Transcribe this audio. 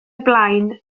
blaen